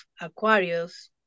Aquarius